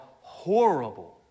horrible